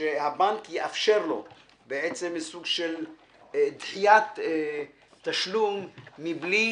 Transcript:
שהבנק יאפשר לו בעצם סוג של דחיית תשלום מבלי